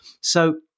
So-